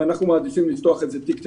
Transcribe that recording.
אנחנו מעדיפים לפתוח תיק צ"מ.